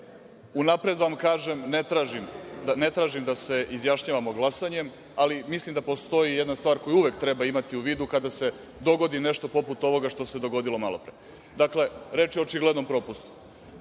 Unapred vam kažem da ne tražim da se izjašnjavamo glasanjem, ali mislim da postoji jedna stvar koju uvek treba imati u vidu kada se dogodi nešto poput ovoga što se dogodilo malo pre. Dakle, reč je o očiglednom propustu.